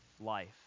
life